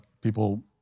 people